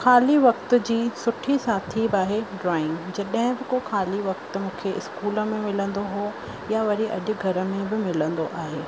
ख़ाली वक़्त जी सुठी साथी बि आहे ड्रॉइंग जॾहिं बि को ख़ाली वक़्ति मूंखे इस्कूल मिलंदो हुओ या वरी अॼु घर में बि मिलंदो आहे